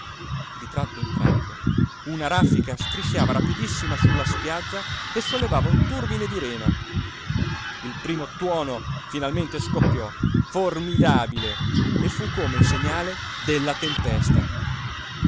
di tratto in tratto una raffica strisciava rapidissima su la spiaggia e sollevava un turbine di rena il primo tuono finalmente scoppiò formidabile e fu come il segnale della tempesta